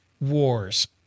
wars